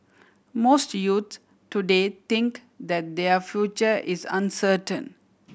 most youths today think that their future is uncertain